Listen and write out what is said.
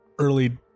early